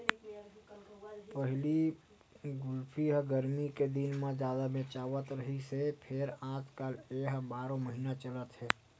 पहिली कुल्फी ह गरमी के दिन म जादा बेचावत रिहिस हे फेर आजकाल ए ह बारो महिना चलत हे